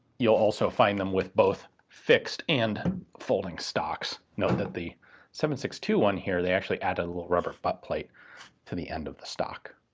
you'll also find them with both fixed and folding stocks. note that the seven point six two one here, they actually added a little rubber butt plate to the end of the stock.